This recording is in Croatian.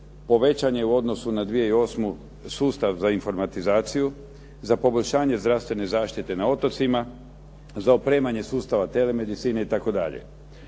povećan je u odnosu na 2008. sustav za informatizaciju, za poboljšanje zdravstvene zaštite na otocima, za opremanje sustava telemedicine itd.